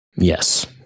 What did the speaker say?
Yes